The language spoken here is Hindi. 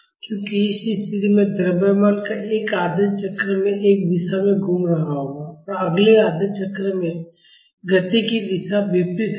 क्योंकि इस स्थिति में द्रव्यमान एक आधे चक्र में एक दिशा में घूम रहा होगा और अगले आधे चक्र में गति की दिशा विपरीत होगी